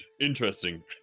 interesting